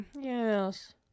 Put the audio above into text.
yes